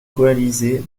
coalisées